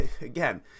again